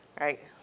Right